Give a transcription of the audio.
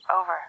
Over